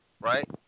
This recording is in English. Right